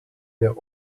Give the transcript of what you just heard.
der